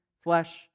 flesh